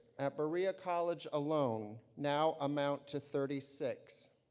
at berea college alone, now amount to thirty six.